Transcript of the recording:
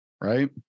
right